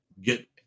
get